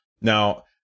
Now